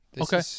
Okay